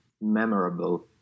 memorable